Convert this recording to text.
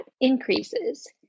increases